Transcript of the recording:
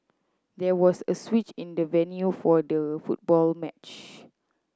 there was a switch in the venue for the football match